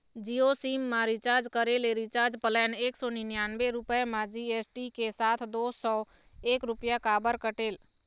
Jio SIM मा recharge करे ले रिचार्ज प्लान एक सौ निन्यानबे रुपए मा जी.एस.टी के साथ दो सौ एक रुपया काबर कटेल?